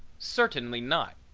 certainly not.